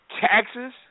Taxes